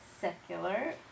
secular